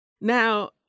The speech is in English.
Now